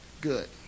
Good